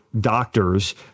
doctors